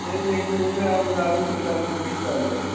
age எங்களுக்கு வந்து அது ஒரு அறுபத்தி ரெண்டு அறுபத்தி மூணு வயிசு ஆகுது